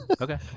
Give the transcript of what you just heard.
Okay